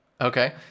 Okay